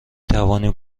توانیم